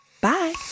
bye